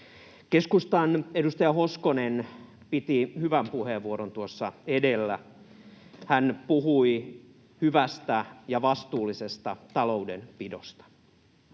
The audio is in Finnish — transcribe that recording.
Keskustan edustaja Hoskonen piti hyvän puheenvuoron tuossa edellä. Hän puhui hyvästä ja vastuullisesta taloudenpidosta.